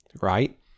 right